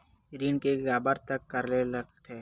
ऋण के काबर तक करेला लगथे?